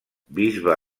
bisbe